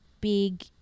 big